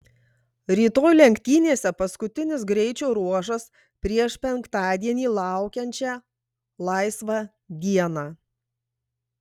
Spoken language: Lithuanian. rytoj lenktynėse paskutinis greičio ruožas prieš penktadienį laukiančią laisvą dieną